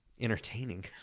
entertaining